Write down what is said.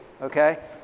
Okay